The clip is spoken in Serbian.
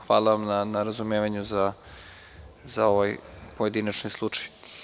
Hvala vam na razumevanju za ovaj pojedinačni slučaj.